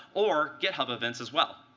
or github events, as well.